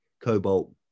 Cobalt